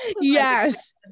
Yes